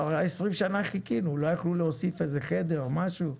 20 שנה חיכינו לא יכלו להוסיף איזה חדר או משהו?